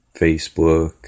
Facebook